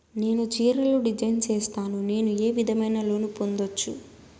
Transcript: నేను చీరలు డిజైన్ సేస్తాను, నేను ఏ విధమైన లోను పొందొచ్చు